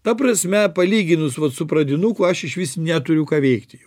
ta prasme palyginus su pradinuku aš išvis neturiu ką veikti jau